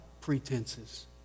pretenses